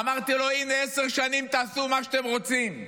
ואמרתי לו: הינה, עשר שנים תעשו מה שאתם רוצים.